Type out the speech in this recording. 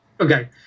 okay